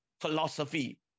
philosophy